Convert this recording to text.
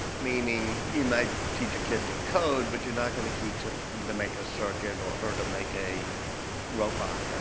meaning you might teach a kid to code but you're not going to teach him ah to make a circuit or her to make a robot.